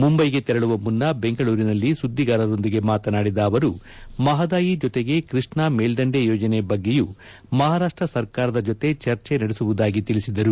ಮುಂಬೈಗೆ ತೆರಳುವ ಮುನ್ನ ಬೆಂಗಳೂರಿನಲ್ಲಿ ಸುದ್ದಿಗಾರರೊಂದಿಗೆ ಮಾತನಾಡಿದ ಅವರು ಮಹದಾಯಿ ಜೊತೆಗೆ ಕೃಷ್ಣಾ ಮೇಲ್ದಂಡೆ ಯೋಜನೆ ಬಗ್ಗೆಯೂ ಮಹಾರಾಷ್ಟ ಸರ್ಕಾರದ ಜೊತೆ ಚರ್ಚೆ ನಡೆಸುವುದಾಗಿ ಹೇಳಿದರು